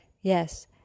Yes